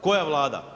Koja Vlada?